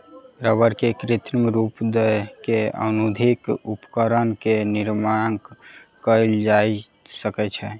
रबड़ के कृत्रिम रूप दय के आधुनिक उपकरण के निर्माण कयल जा सकै छै